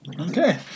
Okay